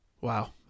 wow